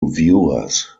viewers